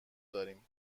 داریم